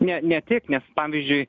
ne ne tik nes pavyzdžiui